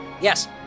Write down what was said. yes